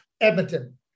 Edmonton